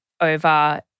over